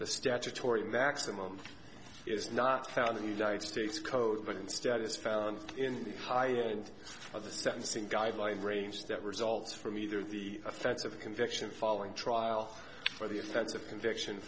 the statutory maximum is not how the united states code but instead is found in the high end of the sentencing guideline range that results from either the offense of conviction following trial for the offense of conviction